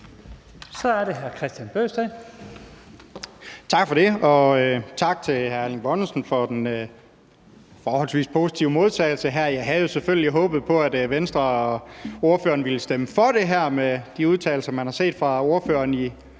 Kl. 12:57 Kristian Bøgsted (DD): Tak for det, og tak til hr. Erling Bonnesen for den forholdsvis positive modtagelse. Jeg havde jo selvfølgelig håbet på, at Venstre og ordføreren ville stemme for det her med de udtalelser, man har set fra ordføreren